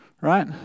Right